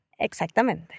Exactamente